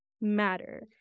matter